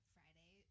Friday